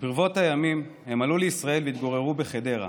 ברבות הימים הם עלו לישראל והתגוררו בחדרה,